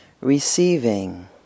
Receiving